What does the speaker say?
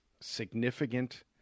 significant